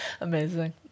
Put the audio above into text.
Amazing